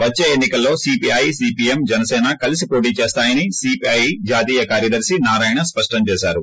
ప్ర ప్రే ఎన్ని కల్లో సీపీఐ సీపీఎం జనసీన కలిసి పోటీ చేస్తాయని సిపిఐ జాతీయ కార్యదర్పి నారాయణ స్పష్టం చేశారు